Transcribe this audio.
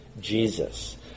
Jesus